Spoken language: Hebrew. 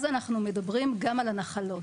אז אנחנו מדברים גם על הנחלות.